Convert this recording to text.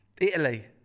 Italy